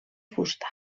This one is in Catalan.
fusta